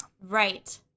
Right